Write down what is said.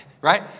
right